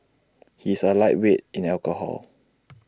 he is A lightweight in alcohol